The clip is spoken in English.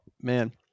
man